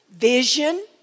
Vision